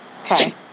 Okay